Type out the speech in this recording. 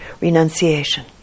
renunciation